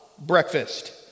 breakfast